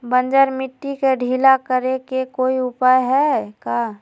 बंजर मिट्टी के ढीला करेके कोई उपाय है का?